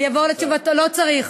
לא צריך.